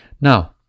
Now